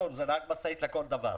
יש כאלה שיש להם רישיון והם לא עובדים בזה.